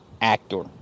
actor